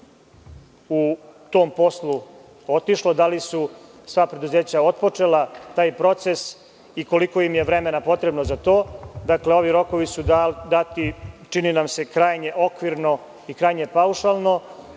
u tom poslu otišlo, da li su sva preduzeća otpočela taj proces i koliko im je vremena potrebno za to. Ovi rokovi su dati krajnje okvirno i krajnje paušalno.